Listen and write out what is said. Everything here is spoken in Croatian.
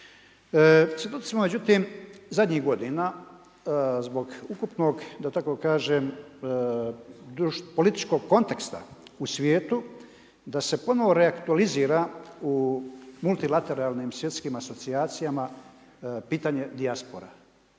ne razumije/ … međutim zadnjih godina zbog ukupnog da tako kažem političkog konteksta u svijetu da se ponovno reaktualizira u multilateralnim svjetskim asocijacijama pitanje dijaspora.